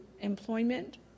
employment